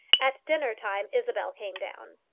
at dinner time isabel came down.